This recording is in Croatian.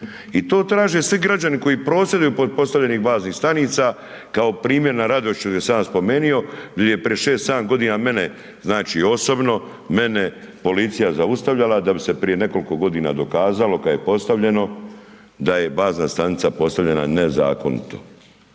I to traže svi građani koji prosvjeduju pod postavljenih baznih stanica kao primjer na Radošiću gdje sam ja spomenio, gdje je prije 6.-7.g. mene, znači, osobno, mene policija zaustavljala da bi se prije nekoliko godina dokazalo kad je postavljeno da je bazna stanica postavljena nezakonito.